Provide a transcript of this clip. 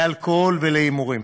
לאלכוהול ולהימורים.